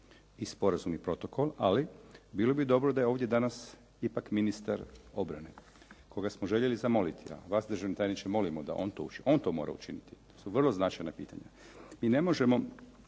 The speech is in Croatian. i sporazum i protokol ali bilo bi dobro da je ovdje danas ipak ministar obrane, koga smo željeli zamoliti. A vas državni tajniče da molim da on to mora učiniti. To su vrlo značajna pitanja. I ne možemo